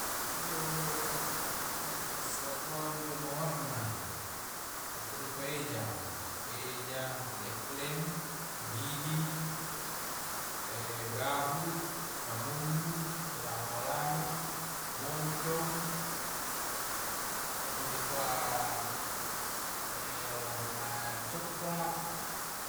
Nu punna basa konjo na warna ta'tu intu dikuai eja eja, le'leng didi' e gahu kamummu lango-lango moncong rie to mo dikua warna cokla' njo.